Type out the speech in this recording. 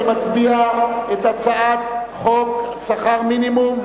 נצביע על הצעת חוק שכר מינימום (תיקון,